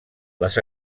les